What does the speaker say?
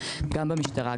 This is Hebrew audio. גם במשטרה,